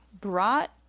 brought